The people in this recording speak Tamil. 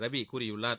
ரவி கூறியுள்ளார்